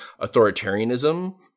authoritarianism